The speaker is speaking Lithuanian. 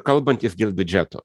kalbantis dėl biudžeto